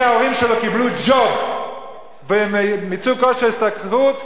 ההורים שלו קיבלו ג'וב וניצלו כושר השתכרות,